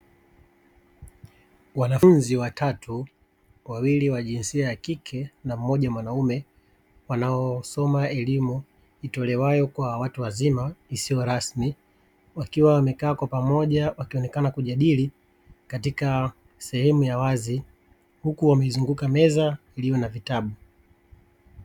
Wanafunzi watatu (wawili wa jinsia ya kike na mmoja mwanaume) wanaosoma elimu itolewayo kwa watu wazima isiyo rasmi, wakiwa wamekaa kwa pamoja wakionekana kujadili katika sehemu ya wazi huku wameizunguka meza iliyo na vitabu.